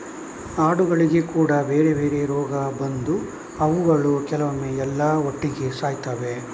ಆಡುಗಳಿಗೆ ಕೂಡಾ ಬೇರೆ ಬೇರೆ ರೋಗ ಬಂದು ಅವುಗಳು ಕೆಲವೊಮ್ಮೆ ಎಲ್ಲಾ ಒಟ್ಟಿಗೆ ಸಾಯ್ತವೆ